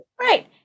Right